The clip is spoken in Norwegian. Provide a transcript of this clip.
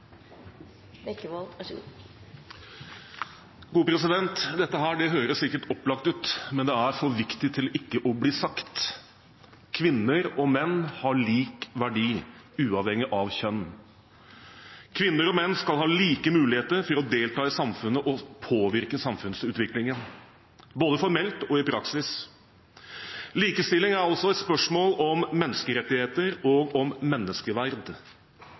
menn har lik verdi, uavhengig av kjønn. Kvinner og menn skal ha like muligheter til å delta i samfunnet og påvirke samfunnsutviklingen både formelt og i praksis. Likestilling er altså et spørsmål om menneskerettigheter og om menneskeverd.